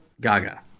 Gaga